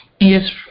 Yes